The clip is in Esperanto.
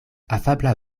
afabla